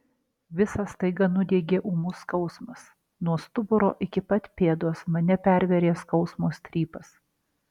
visą staiga nudiegė ūmus skausmas nuo stuburo iki pat pėdos mane pervėrė skausmo strypas